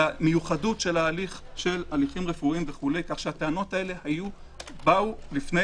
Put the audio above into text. למיוחדות של הליכים רפואיים כך שהטענות האלה באו לפני